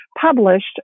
published